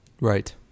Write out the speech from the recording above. right